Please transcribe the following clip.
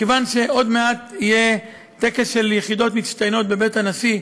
כיוון שעוד מעט יהיה טקס של יחידות מצטיינות בבית הנשיא,